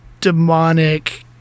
demonic